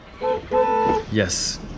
Yes